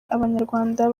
abanyarwanda